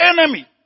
enemy